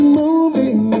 moving